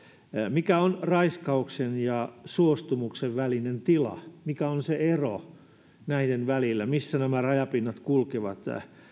mikä on raiskauksen ja suostumuksen välinen tila mikä on se ero näiden välillä missä nämä rajapinnat kulkevat